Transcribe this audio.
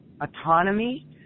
autonomy